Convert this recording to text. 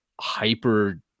hyper